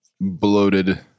bloated